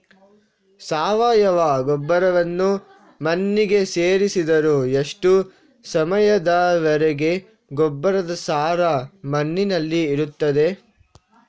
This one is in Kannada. ಸಾವಯವ ಗೊಬ್ಬರವನ್ನು ಮಣ್ಣಿಗೆ ಸೇರಿಸಿದರೆ ಎಷ್ಟು ಸಮಯದ ವರೆಗೆ ಗೊಬ್ಬರದ ಸಾರ ಮಣ್ಣಿನಲ್ಲಿ ಇರುತ್ತದೆ?